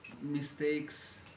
mistakes